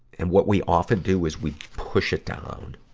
and what we often do is we push it down.